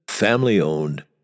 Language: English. family-owned